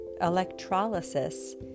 electrolysis